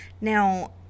Now